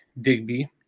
Digby